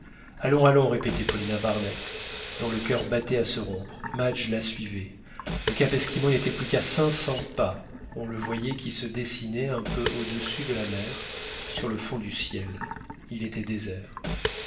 allons allons répétait paulina barnett dont le coeur battait à se rompre madge la suivait le cap esquimau n'était plus qu'à cinq cents pas on le voyait qui se dessinait un peu au-dessus de la mer sur le fond du ciel il était désert